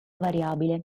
variabile